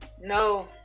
no